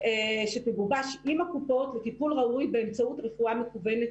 שתגובש עם הקופות לטיפול ראוי באמצעות רפואה מקוונת,